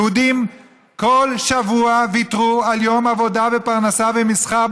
יהודים כל שבוע ויתרו על יום עבודה ופרנסה ומסחר,